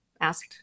asked